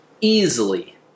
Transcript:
Easily